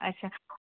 अच्छा